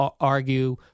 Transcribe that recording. argue